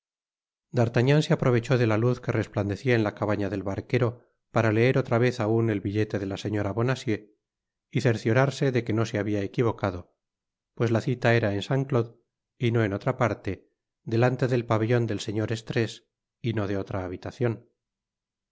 se aprovechó de la luz que resplandecia en la cabaña del barquero para leer otra vez aun el billete de la señora bonacieux y cerciorarse de que no se habia equivocado pues la cita era en saint cloud y no en otra parte delante del pabellon del señor estrées y no de otra habitacion